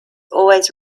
always